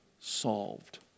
solved